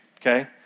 Okay